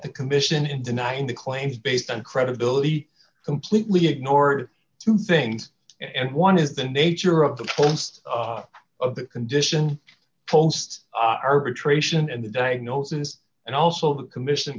the commission in denying the claims based on credibility completely ignored two things and one is the nature of the holst of the condition holst arbitration and the diagnosis and also commission